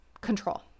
control